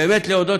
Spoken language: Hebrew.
באמת להודות,